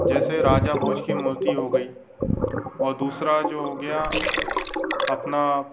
जैसे राजाभोज की मूर्ति हो गई और दूसरा जो हो गया अपना